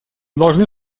должны